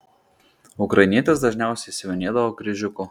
ukrainietės dažniausiai siuvinėdavo kryžiuku